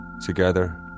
Together